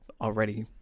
already